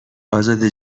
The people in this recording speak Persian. ازاده